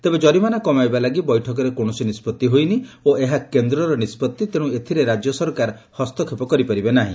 ତେବେ ଜରିମାନା କମାଇବା ଲାଗି ବୈଠକରେ କୌଣସି ନିଷ୍ବଭି ହୋଇନି ଓ ଏହା କେନ୍ଦର ନିଷ୍ବଭି ତେଣୁ ଏଥିରେ ରାଜ୍ୟ ସରକାର ହସ୍ତକ୍ଷେପ କରିପାରିବେ ନାହି